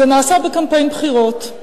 זה נעשה בקמפיין בחירות.